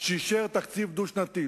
שאישר תקציב דו-שנתי.